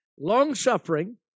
long-suffering